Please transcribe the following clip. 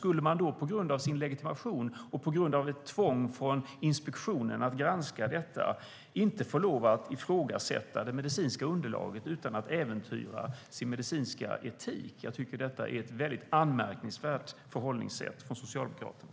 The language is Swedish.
Skulle man då på grund av sin legitimation och på grund av ett tvång från inspektionen att granska detta inte få lov att ifrågasätta det medicinska underlaget utan att äventyra sin medicinska etik? Detta är ett anmärkningsvärt förhållningssätt från Socialdemokraterna.